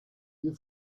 ihr